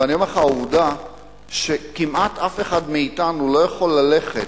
ואני אומר לך שהעובדה שאף אחד מאתנו לא יכול ללכת